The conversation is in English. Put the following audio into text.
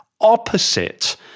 opposite